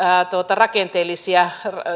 rakenteellisia